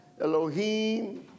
Elohim